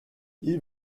ils